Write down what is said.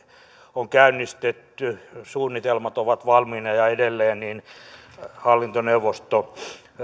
on käynnistetty suunnitelmat ovat valmiina ja edelleen hallintoneuvosto